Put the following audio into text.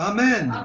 Amen